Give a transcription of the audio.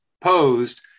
posed